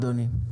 אדוני.